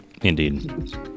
Indeed